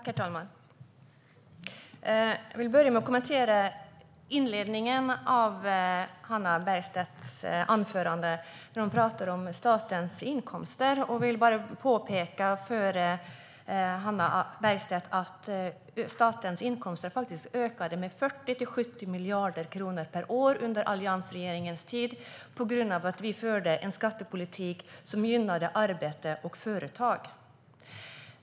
Herr talman! Jag ska börja med att kommentera inledningen av Hannah Bergstedts anförande, då hon talade om statens inkomster. Jag vill bara påpeka för henne att statens inkomster faktiskt ökade med 40-70 miljarder kronor per år under alliansregeringens tid tack vare att vi förde en skattepolitik som gynnade arbete och företag.